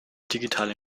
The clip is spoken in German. digitale